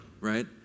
right